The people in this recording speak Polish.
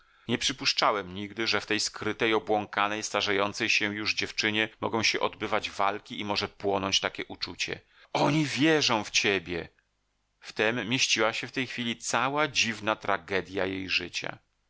nie przypuszczałem nigdy że w tej skrytej obłąkanej starzejącej się już dziewczynie mogą się odbywać walki i może płonąć takie uczucie oni wierzą w ciebie w tem mieściła się w tej chwili cała dziwna tragedja jej życia